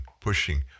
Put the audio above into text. pushing